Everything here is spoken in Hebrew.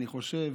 אני חושב